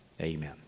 Amen